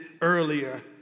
earlier